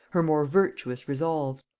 her more virtuous resolves.